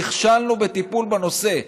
נכשלנו בטיפול בנושא.